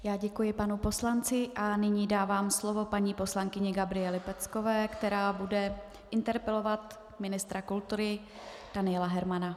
Já děkuji panu poslanci a nyní dávám slovo paní poslankyni Gabriele Peckové, která bude interpelovat ministra kultury Daniela Hermana.